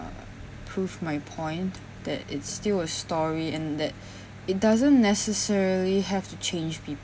prove my point that it's still a story and that it doesn't necessarily have to change